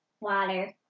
Water